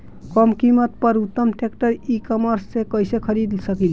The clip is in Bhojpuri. कम कीमत पर उत्तम ट्रैक्टर ई कॉमर्स से कइसे खरीद सकिले?